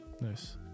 Nice